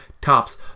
tops